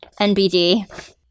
NBD